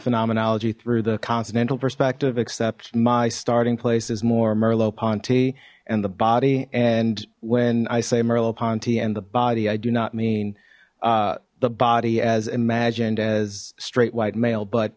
phenomenology through the continental perspective except my starting place is more merleau ponty and the body and when i say merleau ponty and the body i do not mean the body as imagined as straight white male but